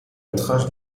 métrage